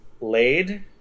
laid